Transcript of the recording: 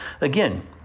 again